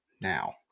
now